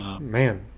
man